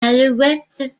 alouettes